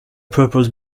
purpose